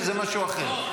שזה משהו אחר.